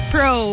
Pro